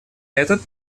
этот